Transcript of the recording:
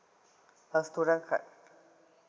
a student card